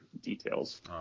details